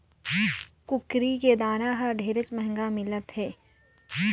कुकरी के दाना हर ढेरेच महंगा मिलत हे